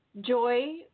joy